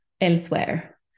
elsewhere